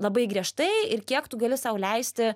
labai griežtai ir kiek tu gali sau leisti